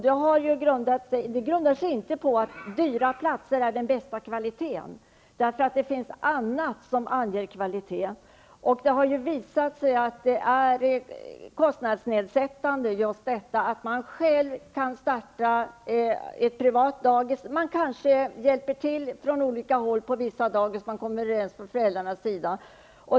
Det grundar sig inte på att dyra platser har den bästa kvaliteten, därför att det är annat som anger kvalitet. Det har visat sig att det har inneburit kostnadsnedsättningar att starta privata dagis. På vissa dagis har föräldrarna kommit överens om att hjälpa till.